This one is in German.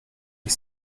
ich